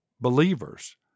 believers